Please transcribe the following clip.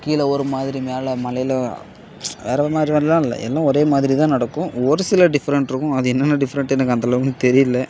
கீழே ஒரு மாதிரி மேலே மலையில் வேறு மாதிரியெல்லாம் இல்லை எல்லாம் ஒரே மாதிரி தான் நடக்கும் ஒரு சில டிஃப்ரெண்ட் இருக்கும் அது என்னென்ன டிஃப்ரெண்ட்டுன்னு எனக்கு அந்தளவும் தெரியல